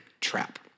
trap